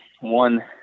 one